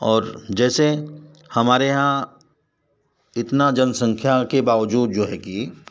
और जैसे हमारे यहाँ इतना जनसंख्या के बावजूद जो है कि